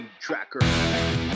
Tracker